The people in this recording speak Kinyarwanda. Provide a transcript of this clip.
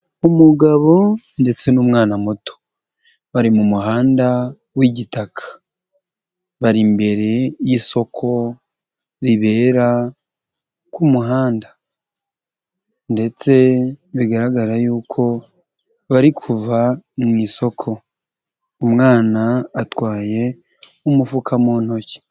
Umugabo ndetse n'umwana muto. Bari mu muhanda w'igitaka. Bari imbere y'isoko ribera ku muhanda ndetse bigaragara yuko bari kuva mu isoko. Umwana atwaye umufuka mu ntoki.